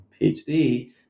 PhD